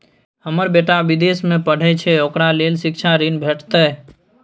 हमर बेटा विदेश में पढै छै ओकरा ले शिक्षा ऋण भेटतै?